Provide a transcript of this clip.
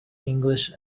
english